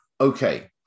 Okay